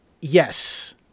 Yes